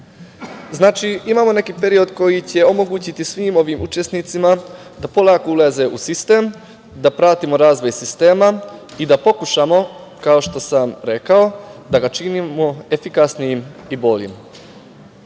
imamo neki period koji će omogućiti svim ovim učesnicima da polako ulaze u sistem, da pratimo razvoj sistema i da pokušamo, kao što sam rekao, da ga činimo efikasnijim i boljim. Sve